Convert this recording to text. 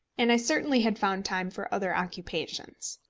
and i certainly had found time for other occupations.